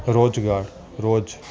રોજગાર રોજ